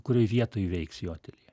kurioj vietoj veiks jo ateljė